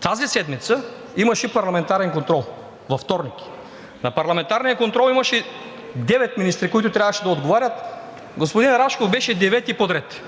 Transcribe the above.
тази седмица имаше парламентарен контрол – във вторник. На парламентарния контрол имаше девет министри, които трябваше да отговарят, господин Рашков беше девети подред.